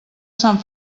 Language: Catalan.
sant